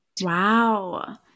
wow